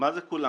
מה זה "כולם"?